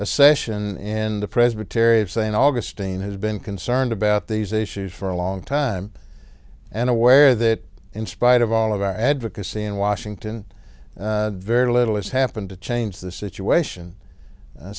a session in the presbyterian saying all this team has been concerned about these issues for a long time and aware that in spite of all of our advocacy in washington very little has happened to change the situation